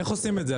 איך עושים את זה?